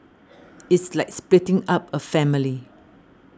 it's like splitting up a family